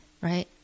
right